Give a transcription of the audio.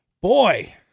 Boy